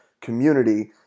community